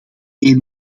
een